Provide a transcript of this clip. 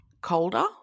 colder